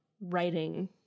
writing